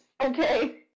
Okay